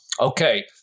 Okay